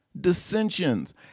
dissensions